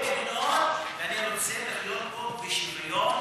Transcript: אני עדיין מאמין בשתי מדינות,